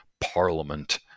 parliament